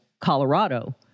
Colorado